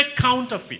counterfeit